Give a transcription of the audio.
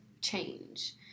change